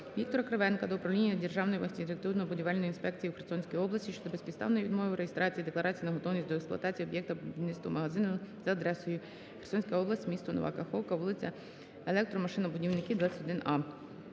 Віктора Кривенка до Управління державної архітектурно-будівельної інспекції у Херсонській області щодо безпідставної відмови у реєстрації декларації про готовність до експлуатації об'єкта – Будівництво магазину, за адресою: Херсонська область, місто Нова Каховка, вулиця Електромашинобудівників, 21а.